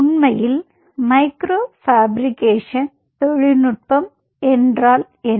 உண்மையில் micro fabrication தொழில் நுட்பம் என்றால் என்ன